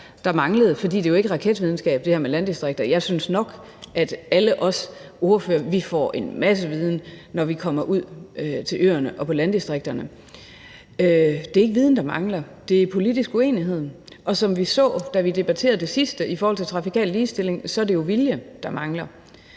der manglede, for det her med landdistrikter er jo ikke raketvidenskab. Jeg synes nok, at alle os ordførere får en masse viden, når vi kommer ud til øerne og landdistrikterne. Det er ikke viden, der mangler; men det handler om politisk uenighed, og som vi så det, da vi debatterede det sidst i forhold til trafikal ligestilling, er det vilje, der mangler.